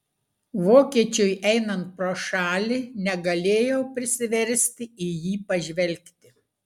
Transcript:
vokiečiui einant pro šalį negalėjau prisiversti į jį pažvelgti